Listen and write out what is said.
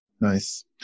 Nice